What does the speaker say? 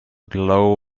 glow